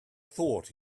thought